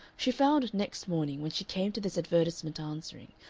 she found next morning, when she came to this advertisement answering,